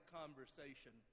conversation